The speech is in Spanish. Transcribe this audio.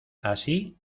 así